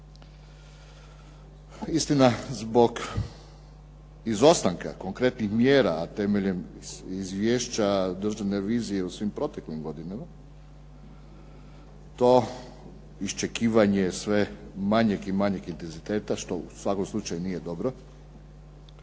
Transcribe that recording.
Istina, zbog izostanka konkretnih mjera, a temeljem izvješća Državne revizije u svim proteklim godinama to iščekivanje je sve manjeg i manjeg intenziteta, što u svakom slučaju nije dobro,